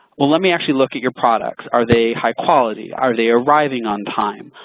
well let me actually look at your products. are they high-quality? are they arriving on time?